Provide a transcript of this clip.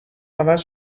عوض